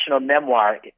memoir